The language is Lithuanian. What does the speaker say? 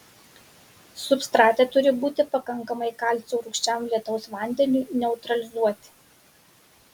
substrate turi būti pakankamai kalcio rūgščiam lietaus vandeniui neutralizuoti